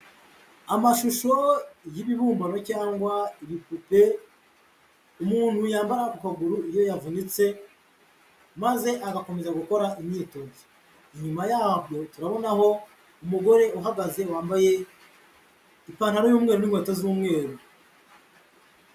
Amashusho y'ibibumbano cyangwa ibipupe, umuntu yambara ku kaguru iyo yavunitse maze agakomeza gukora imyitozo, inyuma yaho turabonaho umugore uhagaze wambaye ipantaro y'umweru n'inkweto z'umweru.